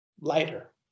lighter